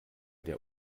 der